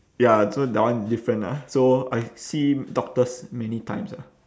ya so that one different lah so I see doctors many times ah